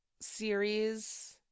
series